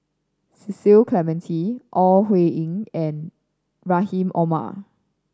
Cecil Clementi Ore Huiying and Rahim Omar